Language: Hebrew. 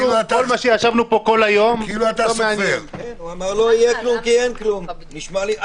אולי רק בעניין של הספורטאים.